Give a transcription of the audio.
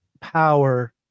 power